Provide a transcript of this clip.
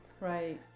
Right